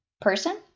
person